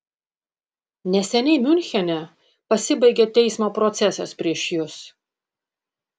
neseniai miunchene pasibaigė teismo procesas prieš jus